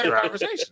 conversation